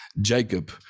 Jacob